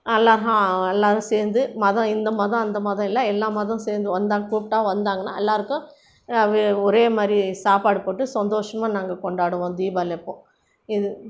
நல்லா எல்லோரும் சேர்ந்து மதம் இந்த மதம் அந்த மதம் எல்லாம் எல்லாம் மதம் சேர்ந்து வந்தால் கூப்பிட்டா வந்தாங்கன்னால் எல்லோருக்கும் ஒரே மாதிரி சாப்பாடு போட்டு சந்தோஷமாக நாங்கள் கொண்டாடுவோம் தீபாவளி அப்போது இது